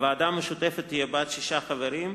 הוועדה המשותפת תהיה בת שישה חברים,